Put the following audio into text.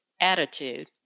Attitude